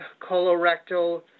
colorectal